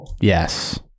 yes